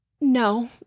No